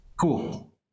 Cool